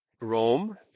Rome